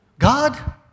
God